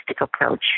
approach